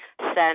send